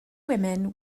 women